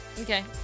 Okay